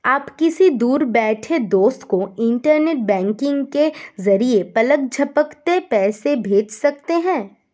आप किसी दूर बैठे दोस्त को इन्टरनेट बैंकिंग के जरिये पलक झपकते पैसा भेज सकते हैं